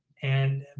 and,